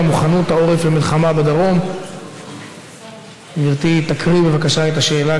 והתושבים יידרשו להישאר במקלטים ימים ארוכים ואין תשתיות לכך,